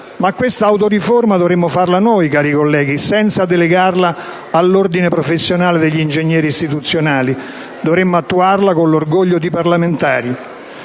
ma questa autoriforma dovremmo farla noi, cari colleghi, senza delegarla all'ordine professionale degli ingegneri istituzionali, dovremmo attuarla con l'orgoglio di parlamentari: